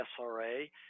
SRA